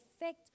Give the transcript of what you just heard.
effect